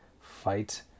fight